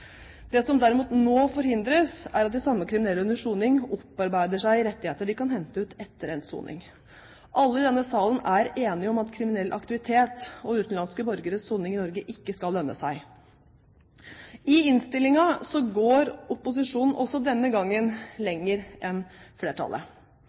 Det som derimot nå forhindres, er at de samme kriminelle under soning opparbeider seg rettigheter de kan hente ut etter endt soning. Alle i denne salen er enige om at kriminell aktivitet og utenlandske borgeres soning i Norge ikke skal lønne seg. I innstillingen går opposisjonen også denne gangen